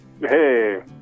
Hey